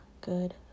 good